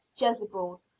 Jezebel